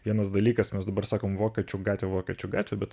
vienas dalykas mes dabar sakom vokiečių gatvė vokiečių gatvė bet